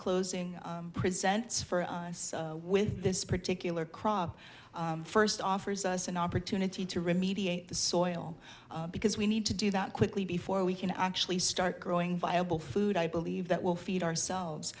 closing presents for us with this particular crop first offers us an opportunity to remediate the soil because we need to do that quickly before we can actually start growing viable food i believe that will feed ourselves